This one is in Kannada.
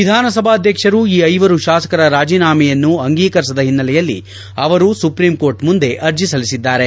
ವಿಧಾನಸಭಾಧ್ವಕ್ಷರು ಈ ಐವರು ಶಾಸಕರ ರಾಜೀನಾಮೆಯನ್ನು ಅಂಗೀಕರಿಸದ ಹಿನ್ನೆಲೆಯಲ್ಲಿ ಅವರು ಸುಪ್ರೀಂ ಕೋರ್ಟ್ ಮುಂದೆ ಆರ್ಜಿ ಸಲ್ಲಿಸಿದ್ದಾರೆ